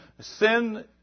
sin